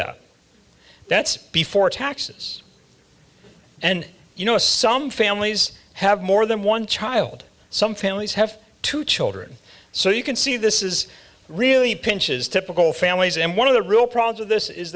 that that's before taxes and you know some families have more than one child some families have two children so you can see this is really pinches typical families and one of the real problems of this is